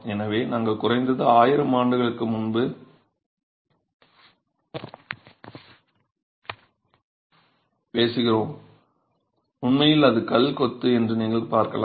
எனவே நாங்கள் குறைந்தது ஆயிரம் ஆண்டுகளுக்கு முன்பு பேசுகிறோம் உண்மையில் அது கல் கொத்து என்று நீங்கள் பார்க்கலாம்